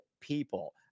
people